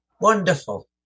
Wonderful